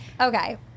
Okay